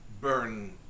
burn